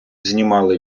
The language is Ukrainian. знімали